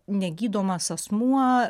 negydomas asmuo